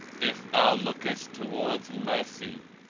if thou lookest towards mercy,